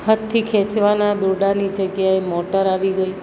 હાથથી ખેંચવાના દોરડાની જગ્યાએ મોટર આવી ગઈ